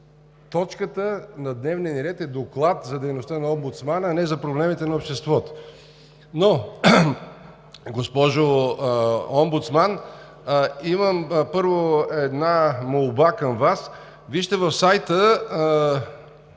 точката на дневния ни ред е: Доклад за дейността на омбудсмана, а не за проблемите на обществото. Госпожо Омбудсман, имам, първо, една молба към Вас. Вижте сайта,